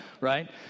right